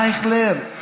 אייכלר,